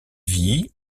vit